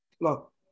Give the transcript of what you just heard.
look